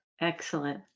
excellent